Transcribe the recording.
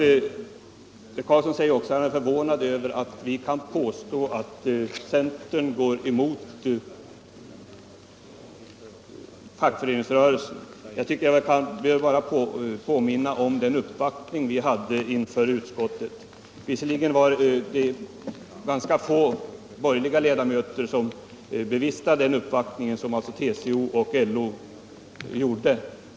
Dessutom säger herr Carlsson att han är förvånad över att vi kan påstå att centern går emot fackföreningsrörelsen. Jag behöver bara påminna om den uppvaktning vi hade inför utskottet. Visserligen var det ganska få borgerliga ledamöter som bevistade den uppvaktningen, som TCO och LO gjorde.